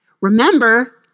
Remember